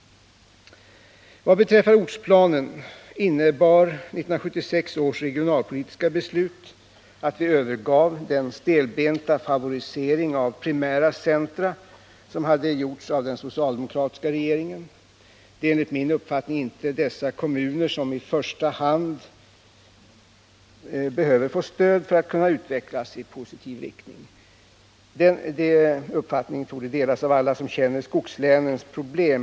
Vad beträffar ortsplanen innebar 1976 års regionalpolitiska beslut att vi övergav den stelbenta favorisering av primära centra som hade gjorts av den socialdemokratiska regeringen. Det är enligt min uppfattning inte dessa kommuner i första hand som behöver stöd för att kunna utvecklas i positiv riktning. Den uppfattningen torde delas av alla som känner till skogslänens problem.